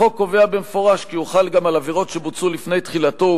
החוק קובע במפורש כי הוא חל גם על עבירות שבוצעו לפני תחילתו,